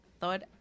thought